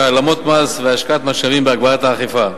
העלמות מס והשקעת משאבים בהגברת האכיפה.